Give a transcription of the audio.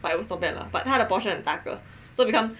but it was not bad lah but 它的 portion 很大个 so become